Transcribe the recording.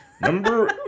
Number